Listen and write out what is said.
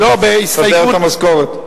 שצריך לסדר את המשכורת.